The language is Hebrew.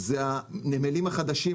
זה הנמלים החדשים,